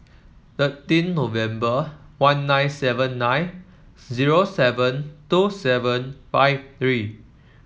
thirteen November one nine seven nine zero seven two seven five three